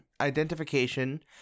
identification